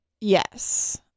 Yes